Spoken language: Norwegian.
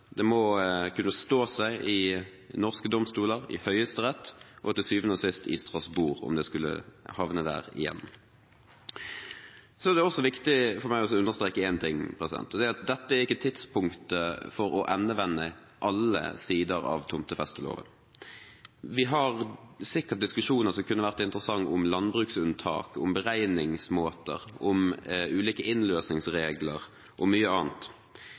det må kunne stå seg i norske domstoler, i Høyesterett, og til syvende og sist i Strasbourg, om det skulle havne der igjen. Så er det også viktig for meg å understreke en ting, og det er at dette er ikke tidspunktet for å endevende alle sider av tomtefesteloven. Vi har sikkert diskusjoner som kunne være interessante om landbruksunntak, om beregningsmåter, om ulike innløsningsregler og mye annet.